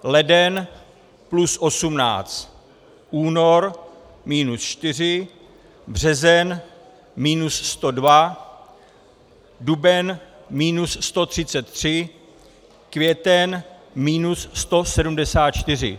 Leden plus 18, únor minus 4, březen minus 102, duben minus 133, květen minus 174.